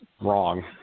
wrong